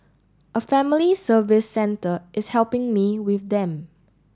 a family service centre is helping me with them